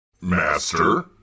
Master